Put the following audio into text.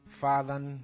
Father